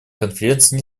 конференции